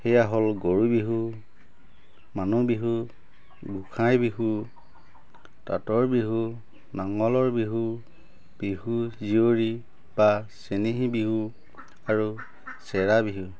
সেয়া হ'ল গৰু বিহু মানুহ বিহু গোঁসাই বিহু তাঁতৰ বিহু নাঙলৰ বিহু বিহুৰ জীয়ৰী বা চেনেহী বিহু আৰু চেৰা বিহু